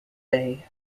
bay